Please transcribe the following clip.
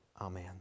Amen